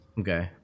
Okay